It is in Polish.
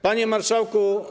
Panie Marszałku!